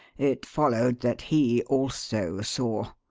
it followed that he also saw.